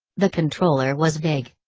the controller was vague.